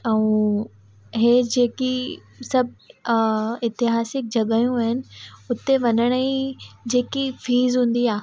ऐं इहे जेकी सभु एतिहासिक जॻहियूं आहिनि उते वञण ई जेकी फीज़ हूंदी आहे